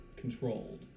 Controlled